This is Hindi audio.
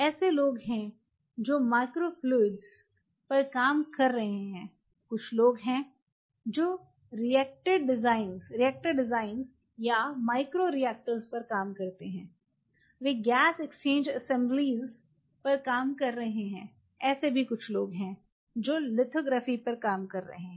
ऐसे लोग हैं जो माइक्रोफ्लूइड micro fluidics सूक्ष्म तरल पदार्थ पर काम कर रहे हैं कुछ लोग हैं जो रिएक्टेड डिज़ाइन या माइक्रो रिएक्टर पर काम करते हैं वे गैस एक्सचेंज असेंबलियों पर काम कर रहे हैं ऐसे भी कुछ लोग हैं जो लिथोग्राफी कर रहे हैं